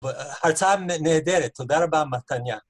ההרצאה נהדרת, תודה רבה, מתניה.